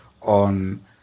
on